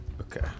Okay